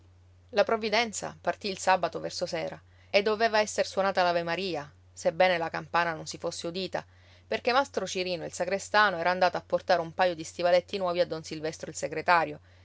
la provvidenza partì il sabato verso sera e doveva esser suonata l'avemaria sebbene la campana non si fosse udita perché mastro cirino il sagrestano era andato a portare un paio di stivaletti nuovi a don silvestro il segretario